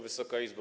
Wysoka Izbo!